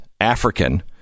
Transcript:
African